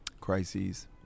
crises